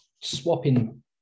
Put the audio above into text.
swapping